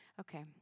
Okay